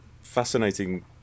fascinating